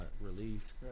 release